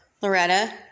Loretta